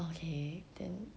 okay then